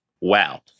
Wow